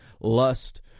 lust